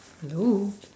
hello